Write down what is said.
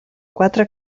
quatre